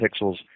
pixels